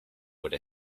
with